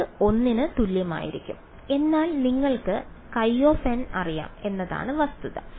ഇത് ഒന്നിന് തുല്യമായിരിക്കും എന്നാൽ നിങ്ങൾക്ക് χn അറിയാം എന്നതാണ് വസ്തുത